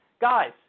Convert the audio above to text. Guys